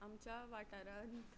आमच्या वाठारांत